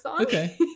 Okay